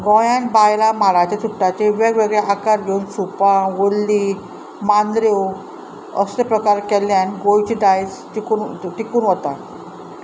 गोंयांत बायलां माडाच्या चुट्टाचे वेगवेगळे आकार घेवन सुपां वल्ली मांदऱ्यो असले प्रकार केल्ल्यान गोंयची दायज टिकून टिकून वता